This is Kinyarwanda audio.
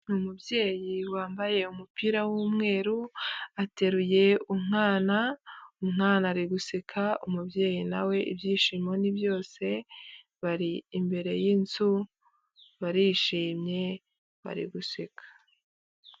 Ni umubyeyi wambaye umupira w'umweru, ateruye umwana, umwana ari guseka, umubyeyi na we ibyishimo ni byose, bari imbere y'inzu, barishimye, bari guseka.